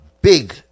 big